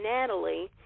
Natalie